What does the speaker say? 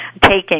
taking